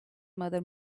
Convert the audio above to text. mother